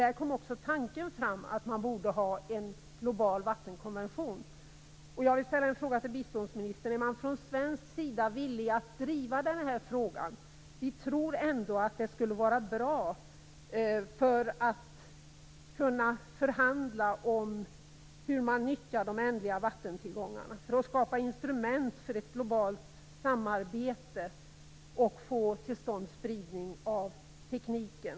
Där kom också tanken fram att det borde finnas en global vattenkonvention.